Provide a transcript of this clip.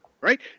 right